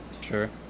Sure